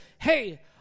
Hey